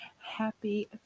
happy